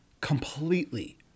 completely